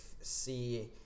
see